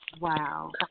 Wow